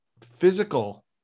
physical